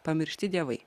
pamiršti dievai